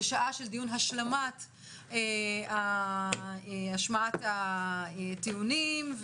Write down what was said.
והשלמת השמעת הטיעונים,